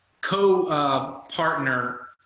co-partner